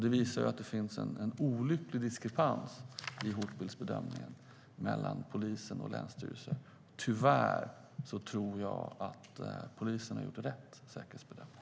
Det visar att det finns en olycklig diskrepans i hotbildsbedömningen mellan polisen och länsstyrelser. Tyvärr tror jag att polisen har gjort rätt säkerhetsbedömning.